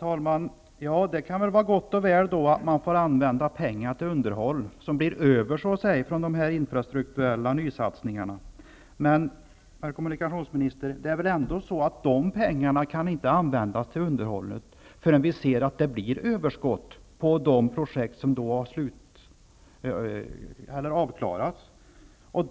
Herr talman! Det kan vara gott och väl att man får använda pengar som blir över från de infrastrukturella nysatsningarna till underhåll. Men, herr kommunikationsminister, de pengarna kan väl inte användas för underhållet förrän man vet att det finns ett överskott från de projekt som är slutförda.